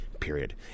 period